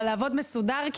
אבל לעבוד מסודר,